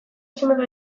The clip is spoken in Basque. bizimodu